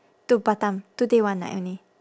to batam two day one night only